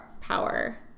power